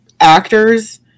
actors